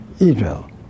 Israel